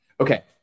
Okay